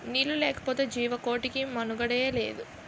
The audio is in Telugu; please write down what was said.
నీళ్లు లేకపోతె జీవకోటికి మనుగడే లేదు